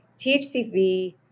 THCV